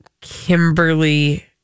Kimberly